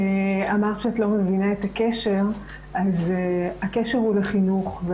אמרת שאת לא מבינה את הקשר, אבל הקשר הוא בחינוך.